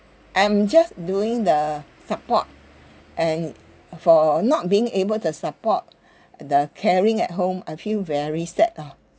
I'm just doing the support and( uh) for not being able to support the carrying at home I feel very sad lah